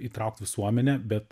įtraukt visuomenę bet